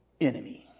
enemy